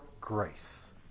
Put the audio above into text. grace